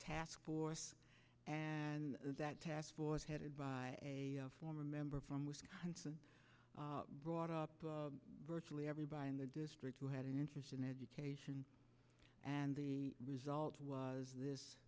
task force that task force headed by former member from wisconsin brought up virtually everybody in the district who had an interest in education and the result was this